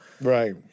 Right